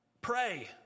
Pray